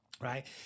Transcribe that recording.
right